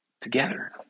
together